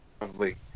lovely